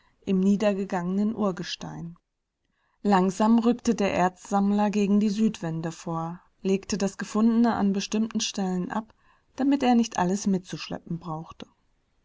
im niedergegangenen urgestein langsam rückte der erzsammler gegen die südwände vor legte das gefundene an bestimmten stellen ab damit er nicht alles mitzuschleppen brauchte